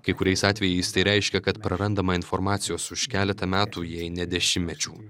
kai kuriais atvejais tai reiškia kad prarandama informacijos už keletą metų jei ne dešimtmečių